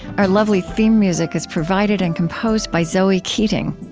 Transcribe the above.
our lovely theme music is provided and composed by zoe keating.